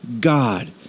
God